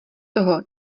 toho